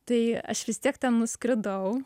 tai aš vis tiek ten nuskridau